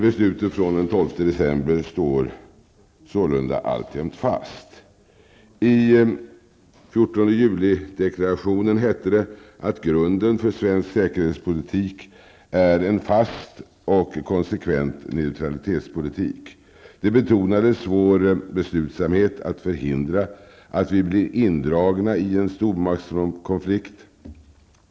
Beslutet från den I 14 juli-deklarationen heter det att grunden för svensk säkerhetspolitik är en ''fast och konsekvent neutralitetspolitik''. Vår beslutsamhet betonades när det gäller att förhindra att vi blir indragna i en stormaktskonflikt.